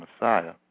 Messiah